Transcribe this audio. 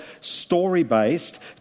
story-based